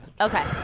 Okay